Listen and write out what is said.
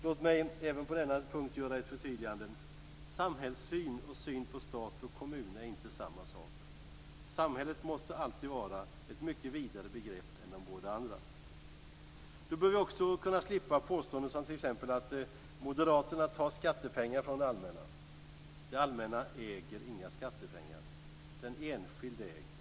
Låt mig även på denna punkt göra ett förtydligande: Samhällssyn och syn på stat och kommun är inte samma sak. Samhället måste alltid vara ett mycket vidare begrepp än de båda andra. Då bör vi också kunna slippa påståenden som t.ex. att moderaterna tar skattepengar från det allmänna. Det allmänna äger inga skattepengar. Den enskilde äger.